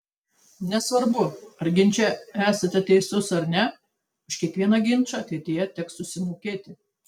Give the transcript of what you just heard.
nesvarbu ar ginče esate teisus ar ne už kiekvieną ginčą ateityje teks susimokėti